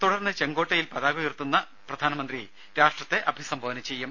തുടർന്ന് ചെങ്കോട്ടയിൽ പതാക ഉയർത്തുന്ന പ്രധാനമന്ത്രി രാഷ്ട്രത്തെ അഭിസംബോധന ചെയ്യും